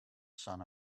sun